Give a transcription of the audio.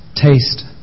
taste